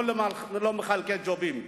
לא למחלקי ג'ובים.